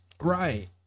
Right